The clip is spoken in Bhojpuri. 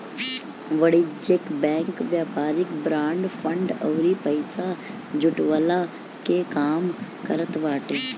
वाणिज्यिक बैंक व्यापारिक बांड, फंड अउरी पईसा जुटवला के काम करत बाटे